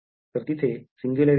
तर तिथे सिंग्युलॅरिटी आहे